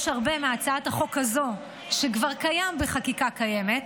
יש הרבה מהצעת החוק הזו שכבר קיים בחקיקה קיימת,